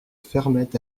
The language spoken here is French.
fermaient